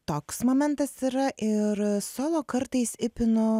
toks momentas yra ir solo kartais įpinu